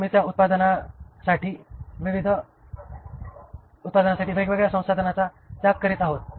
आम्ही या उत्पादनांसाठी वेगवेगळ्या संसाधनांचा त्याग करीत आहोत